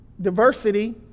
diversity